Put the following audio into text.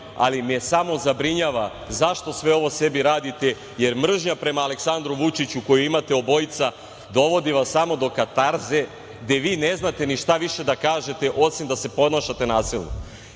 ali me samo zabrinjava zašto sve ovo sebi radite, jer mržnja prema Aleksandru Vučiću koju imate obojica dovodi vas samo do katarze, gde vi ne znate ni šta više da kažete, osim da se ponašate nasilno. Vas